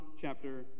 chapter